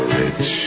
rich